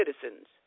citizens